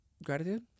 Gratitude